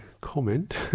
comment